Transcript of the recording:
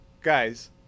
guys